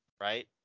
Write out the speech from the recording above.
right